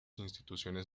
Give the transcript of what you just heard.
instituciones